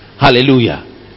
Hallelujah